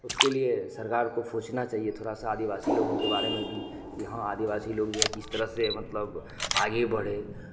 उसके लिए सरकार को सोचना चाहिए थोड़ा सा आदिवासी लोगों के बारे में भी कि हाँ आदिवासी लोग जो हैं किस तरह से मतलब आगे बढ़े